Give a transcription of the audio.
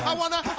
um want to